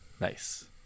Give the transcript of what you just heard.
Nice